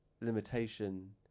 limitation